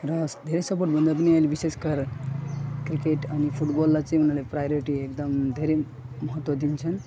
र धेरै सपोर्ट भन्दा पनि अहिले विशेष कारण क्रिकेट अनि फुटबललाई चाहिँ उनीहरूले प्रायोरिटी एकदम धेरै महत्त्व दिन्छन्